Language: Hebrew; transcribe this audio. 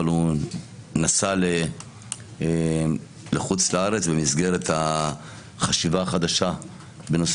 הוא נסע לחוץ לארץ במסגרת החשיבה החדשה בנושא